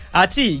ati